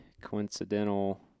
coincidental